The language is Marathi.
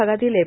भागातील एफ